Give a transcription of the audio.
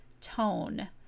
tone